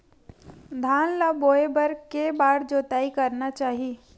धान ल बोए बर के बार जोताई करना चाही?